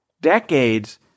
Decades